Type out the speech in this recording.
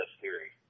theory